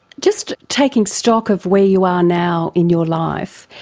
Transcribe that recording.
just taking stock of where you are now in your life,